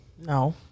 no